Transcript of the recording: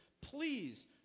please